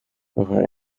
over